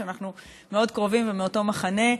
שאנחנו מאוד קרובים ומאותו מחנה,